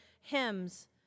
hymns